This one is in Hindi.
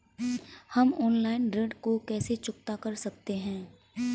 हम ऑनलाइन ऋण को कैसे चुकता कर सकते हैं?